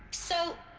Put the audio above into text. so.